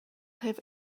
have